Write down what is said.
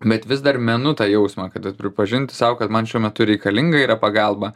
bet vis dar menu tą jausmą kad vat pripažinti sau kad man šiuo metu reikalinga yra pagalba